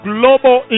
global